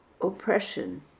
oppression